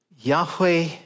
Yahweh